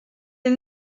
est